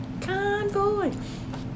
convoy